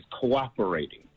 cooperating